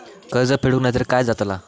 कर्ज फेडूक नाय तर काय जाताला?